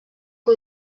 que